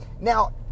Now